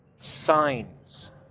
Signs